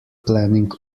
planning